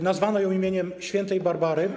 Nazwano ją imieniem św. Barbary.